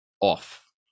off